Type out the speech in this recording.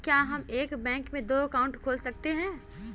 क्या हम एक बैंक में दो अकाउंट खोल सकते हैं?